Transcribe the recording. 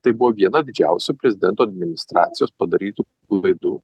tai buvo viena didžiausių prezidento administracijos padarytų klaidų